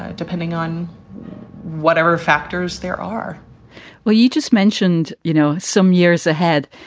ah depending on whatever factors there are well, you just mentioned, you know, some years ahead,